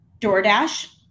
DoorDash